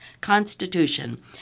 constitution